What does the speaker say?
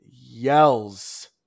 Yells